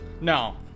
No